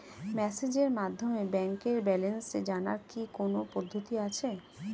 মেসেজের মাধ্যমে ব্যাংকের ব্যালেন্স জানার কি কোন পদ্ধতি আছে?